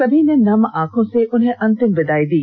सभी ने नम आंखों से उन्हें अंतिम विदाई दी